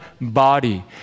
body